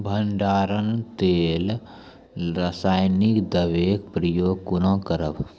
भंडारणक लेल रासायनिक दवेक प्रयोग कुना करव?